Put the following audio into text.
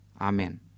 Amen